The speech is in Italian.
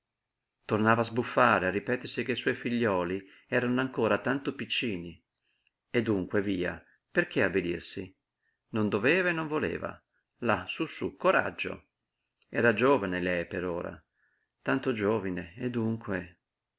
a sbuffare a ripetersi che i suoi figliuoli erano ancor tanto piccini e dunque via perché avvilirsi non doveva e non voleva là sú sú coraggio era giovine lei per ora tanto giovine e dunque